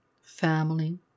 family